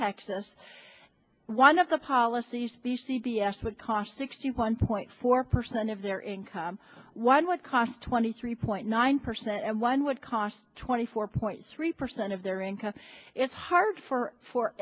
texas one of the policy speech c d s that cost sixty one point four percent of their income one would cost twenty three point nine percent and one would cost twenty four point three percent of their income it's hard for for